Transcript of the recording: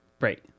Right